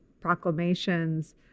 proclamations